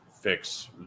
fix